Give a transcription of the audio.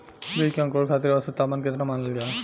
बीज के अंकुरण खातिर औसत तापमान केतना मानल जाला?